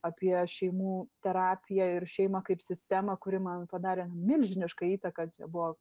apie šeimų terapiją ir šeimą kaip sistemą kuri man padarė milžinišką įtaką čia buvo